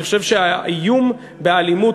אני חושב שהאיום באלימות,